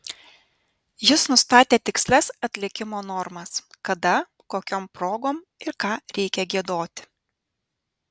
jis nustatė tikslias atlikimo normas kada kokiom progom ir ką reikia giedoti